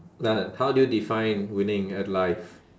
like how do you define winning at life